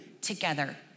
together